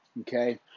okay